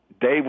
Dave